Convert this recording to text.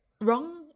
Wrong